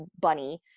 bunny